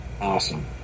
Awesome